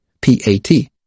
P-A-T